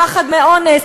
הפחד מאונס.